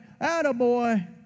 attaboy